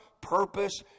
purpose